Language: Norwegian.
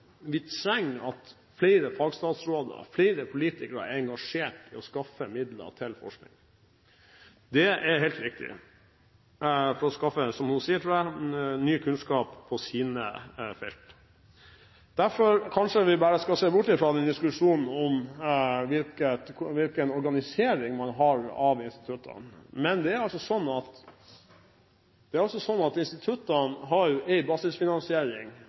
vi trenger at flere fagstatsråder, flere politikere, er engasjert i å skaffe midler til forskning. Det er helt riktig for å skaffe, som hun sier, tror jeg, ny kunnskap på sine felt. Kanskje vi derfor bare skal se bort fra diskusjonen rundt hvilken organisering man har av instituttene. Men det er altså slik at